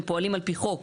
הם פועלים על פי חוק.